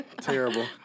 Terrible